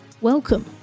Welcome